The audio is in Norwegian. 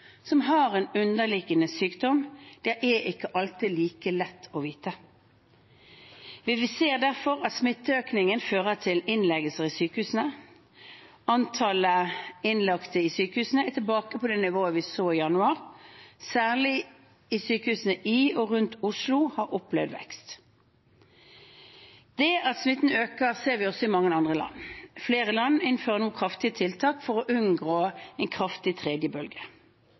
som har en underliggende sykdom, er ikke alltid like lett å vite. Vi ser derfor at smitteøkningen fører til innleggelser i sykehusene. Antallet innlagte i sykehusene er tilbake på de nivåene vi så i januar. Særlig sykehusene i og rundt Oslo har opplevd vekst. Det at smitten øker, ser vi også i mange andre land. Flere land innfører nå kraftige tiltak for å unngå en kraftig tredje bølge.